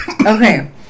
Okay